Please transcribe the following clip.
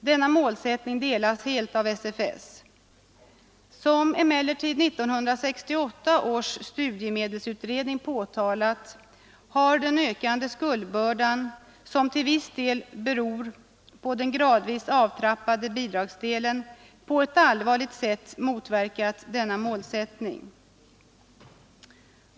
Denna målsättning delas helt av SFS. Som emellertid 1968 års studiemedelsutredning påtalat har den ökande skuldbördan, som till viss del beror på den gradvis avtrappade bidragsdelen, på ett allvarligt sätt motverkat denna målsättning.